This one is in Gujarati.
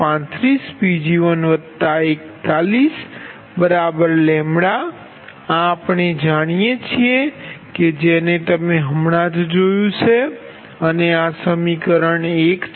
35Pg141λ આ આપણે જાણીએ છીએ કે જેને તમે હમણાં જ જોયું છે અને આ સમીકરણ છે